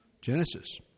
Genesis